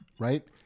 Right